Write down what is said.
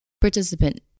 participant